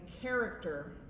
character